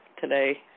today